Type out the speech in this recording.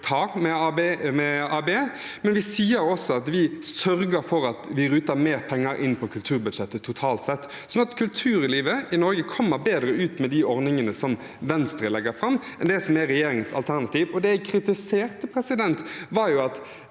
vi tar, men vi sier også at vi sørger for å føre mer penger inn på kulturbudsjettet totalt sett. Så kulturlivet i Norge kommer bedre ut med de ordningene som Venstre legger fram, enn det som er regjeringens alternativ. Det jeg kritiserte, var at